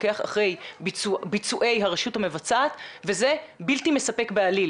לפקח אחרי ביצועי הרשות המבצעת וזה בלתי מספק בעליל,